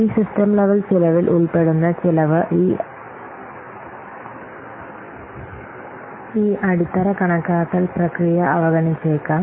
ഈ system level ചെലവിൽ ഉൾപ്പെടുന്ന ചെലവ് ഈ അടിത്തറ കണക്കാക്കൽ പ്രക്രിയ അവഗണിച്ചേക്കാം